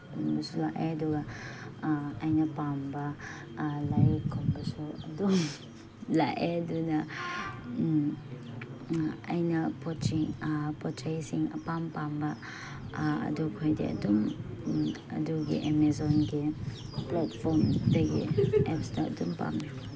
ꯒꯨꯝꯕꯁꯨ ꯂꯥꯛꯑꯦ ꯑꯗꯨꯒ ꯑꯩꯅ ꯄꯥꯝꯕ ꯂꯥꯏꯔꯤꯛꯀꯨꯝꯕꯁꯨ ꯑꯗꯨꯝ ꯂꯥꯛꯑꯦ ꯑꯗꯨꯅ ꯑꯩꯅ ꯄꯣꯠ ꯆꯩꯁꯤꯡ ꯑꯄꯥꯝ ꯑꯄꯥꯝꯕ ꯑꯗꯨꯈꯣꯏꯗꯤ ꯑꯗꯨꯝ ꯑꯗꯨꯒꯤ ꯑꯃꯦꯖꯣꯟꯒꯤ ꯄ꯭ꯂꯦꯠꯐꯣꯝꯗꯒꯤ ꯑꯦꯞꯁꯇ ꯑꯗꯨꯝ ꯄꯥꯝꯃꯤ